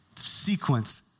sequence